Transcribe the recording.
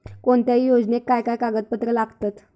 कोणत्याही योजनेक काय काय कागदपत्र लागतत?